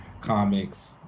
Comics